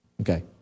Okay